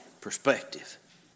perspective